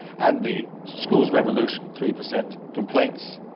and the schools revolution, three percent complaints,